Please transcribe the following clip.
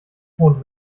ton